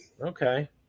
Okay